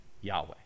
Yahweh